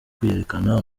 kwiyerekana